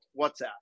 WhatsApp